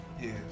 Yes